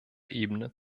ebene